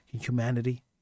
humanity